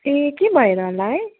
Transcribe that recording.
ए के भएर होला है